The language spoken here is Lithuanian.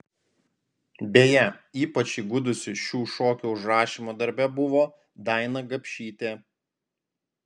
beje ypač įgudusi šių šokių užrašymo darbe buvo daina gapšytė